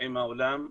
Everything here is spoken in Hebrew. עם העולם,